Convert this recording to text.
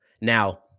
Now